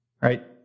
Right